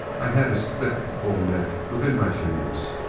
i had his thick bull neck within my fingers.